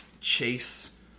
chase